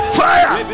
fire